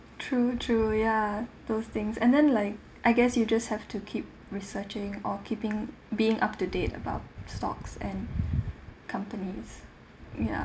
true true ya those things and then like I guess you just have to keep researching or keeping being up to date about stocks and companies ya